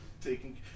Taking